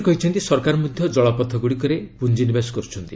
ସେ କହିଛନ୍ତି ସରକାର ମଧ୍ୟ ଜଳପଥଗୁଡ଼ିକରେ ପୁଞ୍ଜିନିବେଶ କରୁଛନ୍ତି